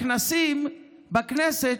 הכנסים בכנסת,